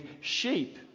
sheep